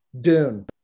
Dune